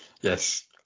yes